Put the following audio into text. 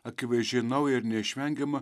akivaizdžiai nauja ir neišvengiama